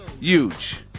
Huge